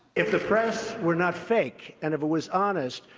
if the press were not fake, and if it was honest,